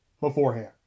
beforehand